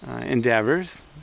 endeavors